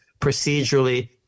procedurally